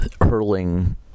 hurling